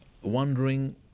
wondering